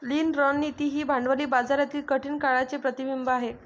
लीन रणनीती ही भांडवली बाजारातील कठीण काळाचे प्रतिबिंब आहे